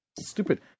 Stupid